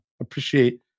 appreciate